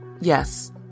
Yes